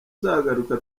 uzagaruka